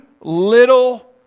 little